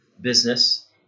business